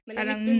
Parang